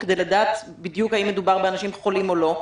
כדי לדעת בדיוק האם מדובר באנשים חולים או לא?